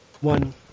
one